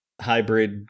hybrid